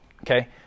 Okay